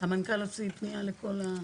המנכ"ל הוציא פנייה לכולם.